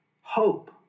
hope